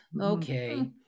Okay